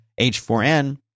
h4n